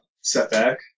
setback